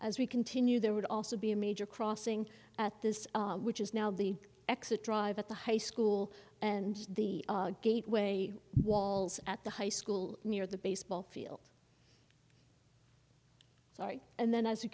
as we continue there would also be a major crossing at this which is now the exit drive at the high school and the gateway walls at the high school near the baseball field and then as